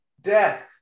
Death